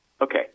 Okay